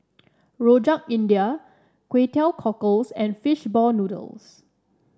Rojak India Kway Teow Cockles and fish ball noodles